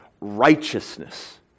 righteousness